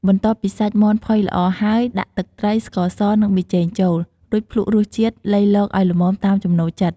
បន្ទាប់ពីសាច់មាន់ផុយល្អហើយ ដាក់ទឹកត្រី ស្ករស និងប៊ីចេងចូល រួចភ្លក្សរសជាតិលៃលកឱ្យល្មមតាមចំណូលចិត្ត។